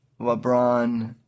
LeBron